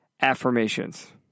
affirmations